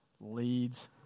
leads